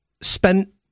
spent